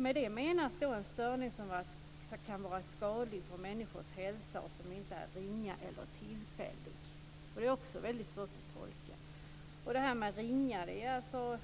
Med detta menas en störning som kan vara skadlig för människors hälsa och som inte är ringa eller tillfällig. Det är också väldigt svårt att tolka. När det gäller det här med "ringa" så är